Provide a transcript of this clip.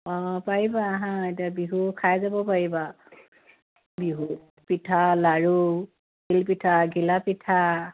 অঁ পাৰিবা আহা এতিয়া বিহু খাই যাব পাৰিবা বিহু পিঠা লাৰু তিল পিঠা ঘিলা পিঠা